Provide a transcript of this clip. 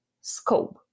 scope